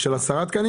של 10 תקנים?